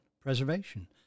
preservation